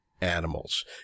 animals